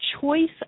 choice